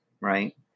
Right